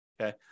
Okay